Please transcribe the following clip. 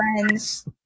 friends